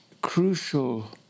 crucial